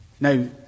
Now